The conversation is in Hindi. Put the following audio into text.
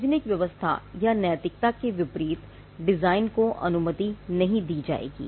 सार्वजनिक व्यवस्था या नैतिकता के विपरीत डिजाइन को अनुमति नहीं दी जाएगी